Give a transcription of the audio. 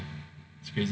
it's crazy man